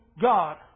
God